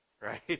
right